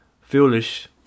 Foolish